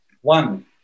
one